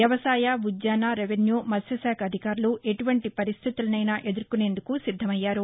వ్యవసాయ ఉద్యాన రెవెన్యూ మత్స్టుశాఖ అధికారులు ఎటువంటి పరిస్టితులపైనా ఎదుర్కొనేందుకు సిద్దమయ్యారు